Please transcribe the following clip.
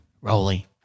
Rolly